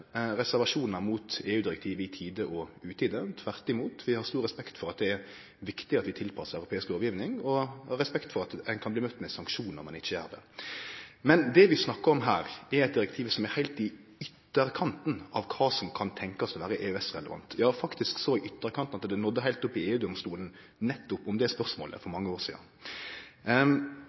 reservasjonar mot EU-direktiv i tide og utide. Tvert imot har vi stor respekt for at det er viktig at vi tilpassar europeisk lovgiving, og respekt for at ein kan bli møtt med sanksjonar om ein ikkje gjer det. Men det vi snakkar om her, er eit direktiv som er heilt i ytterkanten av kva som kan tenkjast å vere EØS-relevant, ja faktisk så i ytterkanten at nettopp det spørsmålet nådde heilt opp i EU-domstolen for mange år sidan. No gjekk det fem år